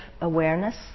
Awareness